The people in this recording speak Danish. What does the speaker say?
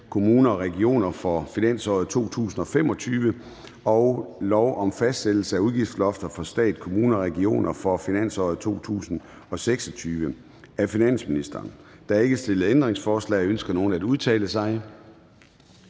kommuner og regioner for finansåret 2025 og lov om fastsættelse af udgiftslofter for stat, kommuner og regioner for finansåret 2026. (Konsekvenser af 2030-planforløb og regeringens forslag